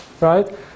right